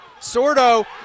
Sordo